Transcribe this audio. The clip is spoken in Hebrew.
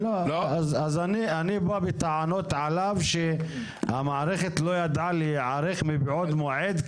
אז אני בא בטענות כלפיו שהמערכת לא ידעה להיערך מבעוד מועד,